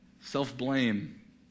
self-blame